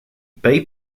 bay